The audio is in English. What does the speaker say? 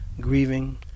grieving